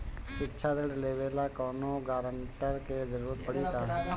शिक्षा ऋण लेवेला कौनों गारंटर के जरुरत पड़ी का?